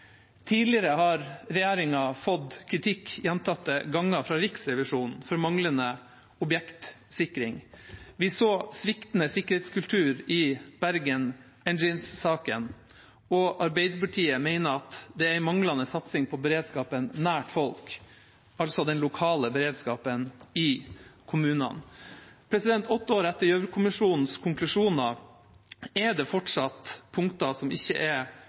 Tidligere har regjeringa fått kritikk gjentatte ganger fra Riksrevisjonen for manglende objektsikring. Vi så sviktende sikkerhetskultur i Bergen Engines-saka. Og Arbeiderpartiet mener at det er en manglende satsing på beredskapen nær folk, altså den lokale beredskapen i kommunene. Åtte år etter Gjørv-kommisjonens konklusjoner er det fortsatt punkter som ikke er